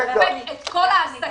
אתה דופק את כל העסקים,